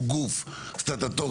הוא גוף סטטוטורי,